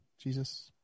Jesus